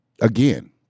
again